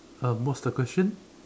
um what's the question